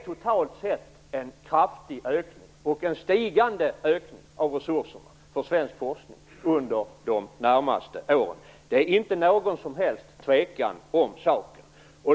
Totalt sett innebär detta en kraftig och stigande ökning av resurserna för svensk forskning under de närmaste åren. Det är inte något som helst tvivel om den saken.